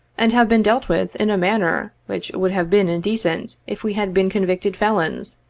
and have been dealt with in a manner which would have been indecent if we had been convicted felons,